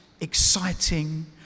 exciting